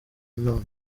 none